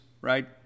right